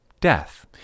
death